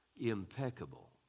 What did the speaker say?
impeccable